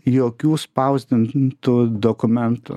jokių spausdintų dokumentų